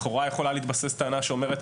לכאורה יכולה להתבסס טענה שאומרת,